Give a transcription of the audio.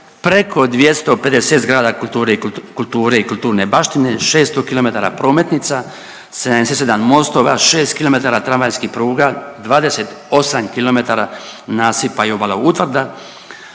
preko 250 zgrada kulture i kulturne baštine, 600km prometnica, 77 mostova, 6km tramvajskih pruga, 28km nasipa i obala, utvrda,